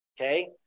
Okay